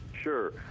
sure